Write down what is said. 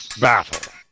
battle